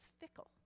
fickle